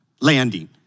landing